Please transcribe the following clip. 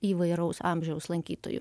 įvairaus amžiaus lankytojų